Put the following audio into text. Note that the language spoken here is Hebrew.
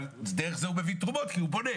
אבל דרך זה הוא מביא תרומות כי הוא בונה.